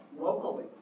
locally